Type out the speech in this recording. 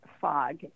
fog